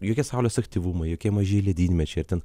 jokie saulės aktyvumai jokie mažieji ledynmečiai ar ten